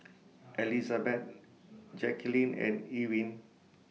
Elizabet Jacquelyn and Ewin